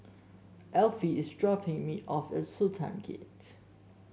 Alfie is dropping me off at Sultan Gate